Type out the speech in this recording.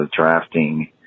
drafting